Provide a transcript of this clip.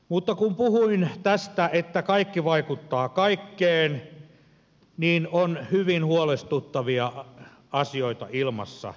mutta kun puhuin tästä että kaikki vaikuttaa kaikkeen niin on hyvin huolestuttavia asioita ilmassa